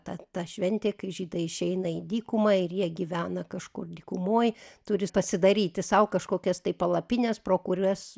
ta ta šventė kai žydai išeina į dykumą ir jie gyvena kažkur dykumoj turi pasidaryti sau kažkokias tai palapines pro kurias